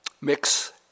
mix